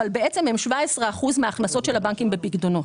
אבל בעצם הם 17% מההכנסות של הבנקים בפיקדונות.